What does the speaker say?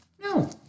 No